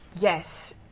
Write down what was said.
yes